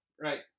Right